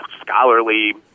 scholarly